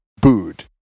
booed